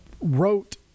wrote